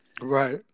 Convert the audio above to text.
Right